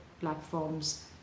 platforms